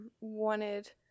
wanted